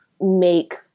make